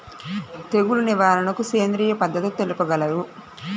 తెగులు నివారణకు సేంద్రియ పద్ధతులు తెలుపగలరు?